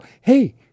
hey